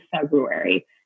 February